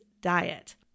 diet